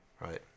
Right